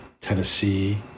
Tennessee